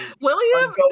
William